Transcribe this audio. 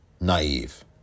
naive